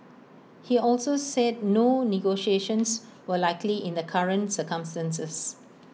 he also said no negotiations were likely in the current circumstances